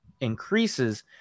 increases